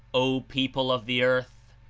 o people of the earth!